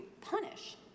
punish